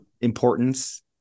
Importance